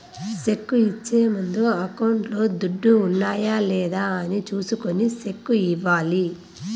cheque ఇచ్చే ముందు అకౌంట్లో దుడ్లు ఉన్నాయా లేదా అని చూసుకొని సెక్కు ఇవ్వాలి